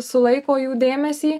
sulaiko jų dėmesį